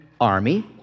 army